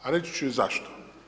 A reći ću i zašto.